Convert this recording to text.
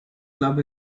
club